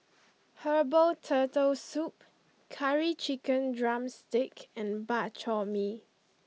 Herbal Turtle Soup Curry Chicken Drumstick and Bak Chor Mee